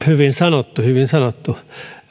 hyvin sanottu hyvin sanottu